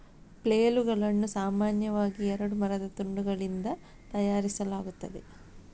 ಫ್ಲೇಲುಗಳನ್ನು ಸಾಮಾನ್ಯವಾಗಿ ಎರಡು ಮರದ ತುಂಡುಗಳಿಂದ ತಯಾರಿಸಲಾಗುತ್ತದೆ